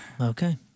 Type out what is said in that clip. Okay